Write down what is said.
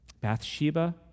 Bathsheba